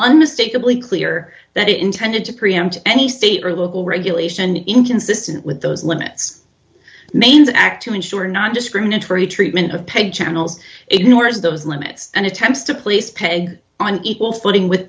unmistakably clear that it intended to preempt any state or local regulation inconsistent with those limits manes act to ensure not discriminatory treatment of pay channels ignores those limits and attempts to please pay on equal footing with